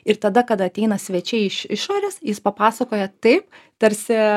ir tada kada ateina svečiai iš išorės jis papasakoja taip tarsi